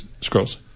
Scrolls